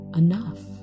enough